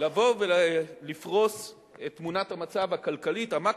לבוא ולפרוס את תמונת המצב הכלכלית, המקרו-כלכלית,